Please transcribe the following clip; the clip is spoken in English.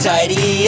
Tidy